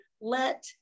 let